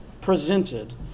presented